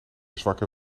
zwakke